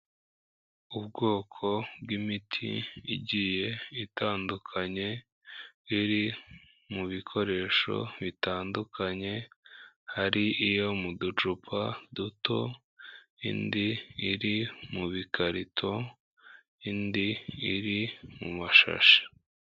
Ubwoko bw'imiti igiye itandukanye iri mu bikoresho bitandukanye: hari iyo mu ducupa duto, indi iri mu bikarito, indi iri mu mashashi.